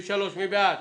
מי בעד